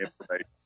information